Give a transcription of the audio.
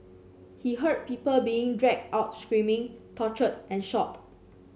he heard people being dragged out screaming tortured and shot